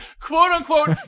quote-unquote